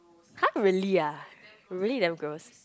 !huh! really ah you really damn gross